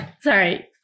sorry